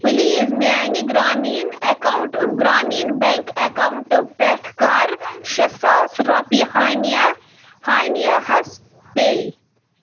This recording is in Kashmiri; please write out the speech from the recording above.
پلیٖز میانہِ گرٛامیٖن اٮ۪کاوُنٛٹ گرٛرامیٖن بٮ۪نٛک اٮ۪کاوٹہٕ پٮ۪ٹھ کَر شےٚ ساس رۄپیہِ ہانِیہ ہانِیہ ہَس پے